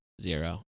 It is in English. Zero